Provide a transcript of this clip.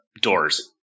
Doors